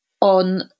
on